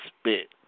spit